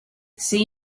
see